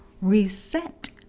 Reset